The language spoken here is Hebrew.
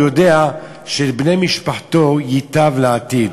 הוא יודע שלבני משפחתו ייטב בעתיד.